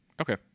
Okay